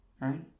Right